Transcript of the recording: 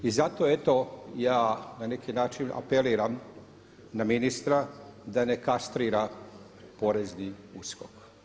I zato eto ja na neki način apeliram na ministra da ne kastrira porezni USKOK.